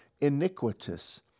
iniquitous